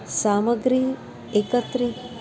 सामग्रीः एकत्र